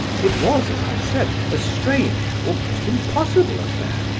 it was, as i said, a strange, almost impossible, affair.